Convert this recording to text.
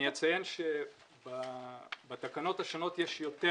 אני אציין שבתקנות השונות יש יותר